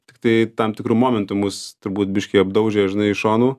tiktai tam tikru momentu mus turbūt biškį apdaužė žinai iš šonu